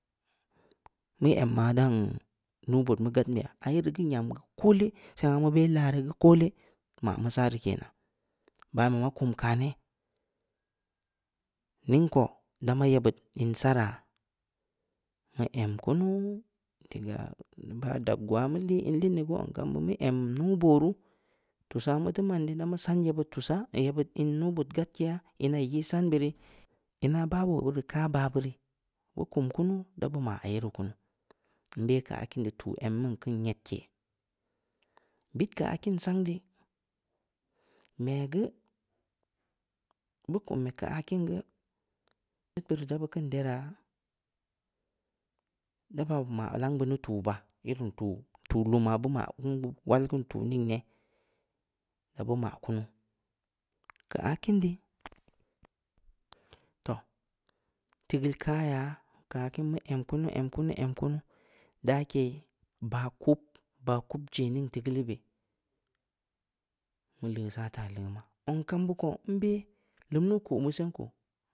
mu emmaa daan nuubood mu gaadn beya aa yerii geu yam geu koole, sengha mu laa rii geu koole maamu saa rii kenan. Banbe ma kum kaneh ningko, damaa yebbud in sanaa, mu em kunu, diga baah daggwaa, mu lii in liin bei gu, zong kambud mu em nuubooru, tusaa mu teu maan di, da mu saan yebbud tusaa, yebbud in nuubood gadkeyaa, in a ii yii san be rii, ina baa boo beud ii kaa baa beu ri, bu kum kunuu, da bu ma aye ri kunu. nbe keu akin di, tuuh emming kin nyedke bid keu aa kin sang di, meh geubu kum meu keu aakin geu, nebbud ii da beu keun deraah, da baa maa lang buni tunnh baah, irin tuuh-tuuh luumaa beu maa keun tuuh ningne, da bum aah kunuh. Keu aa kin di, toh! Tigeul kaya, keu akin mu em kunku- em kunku-em kunku dakeh baa kub baa kubje ning tigeulu beh mu leu saa taah leumaa, zong kambud ko nbe leum nu ko mu sen koh